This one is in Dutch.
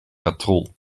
katrol